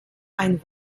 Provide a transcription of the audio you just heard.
ein